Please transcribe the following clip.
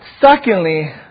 Secondly